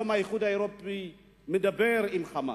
היום האיחוד האירופי מדבר עם "חמאס".